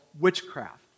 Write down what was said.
witchcraft